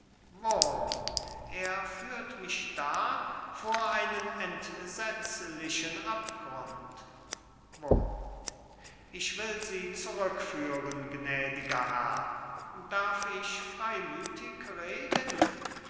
wurm wurm er führt mich da vor einen entsetzlichen abgrund wurm ich will sie zurückführen gnädiger herr darf ich freimüthig reden